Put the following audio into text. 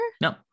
no